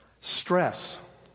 Stress